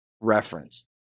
reference